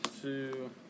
two